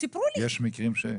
יש מקרים שאת יודעת?